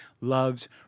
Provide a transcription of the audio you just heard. loves